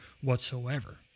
whatsoever